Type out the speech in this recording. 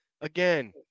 Again